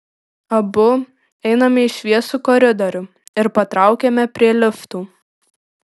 abu einame į šviesų koridorių ir patraukiame prie liftų